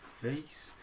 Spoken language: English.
face